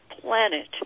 planet